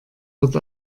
wird